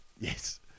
Yes